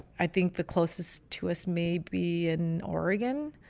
i think the closest to us may be an oregon.